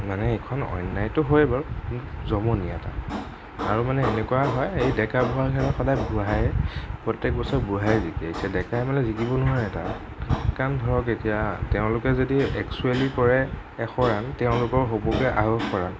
মানে এইখন অন্যায়টো হয়ে বাৰু জমনি এটা আৰু মানে এনেকুৱা হয় ডেকা বুঢ়াৰ মাজত সদায়ে বুঢ়াইয়েই প্ৰত্যেক বছৰে বুঢ়াই জিকে এতিয়া ডেকাই মানে জিকিব নোৱাৰে তাত কাৰণ ধৰক এতিয়া তেওঁলোকে যদি এক্সোৱেলি কৰে এশ ৰান তেওঁলোকৰ হ'বগৈ আঢ়ৈশ ৰাণ